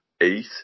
eight